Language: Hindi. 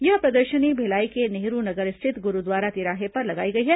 यह प्रदर्शनी भिलाई के नेहरू नगर स्थित गुरुद्वारा तिराहे पर लगाई गई है